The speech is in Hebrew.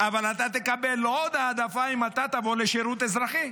אבל אתה תקבל עוד העדפה אם אתה תבוא לשירות אזרחי.